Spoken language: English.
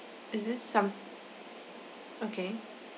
is this some okay